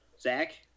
Zach